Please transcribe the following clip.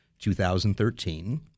2013